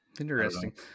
Interesting